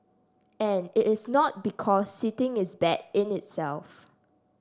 and it is not because sitting is bad in itself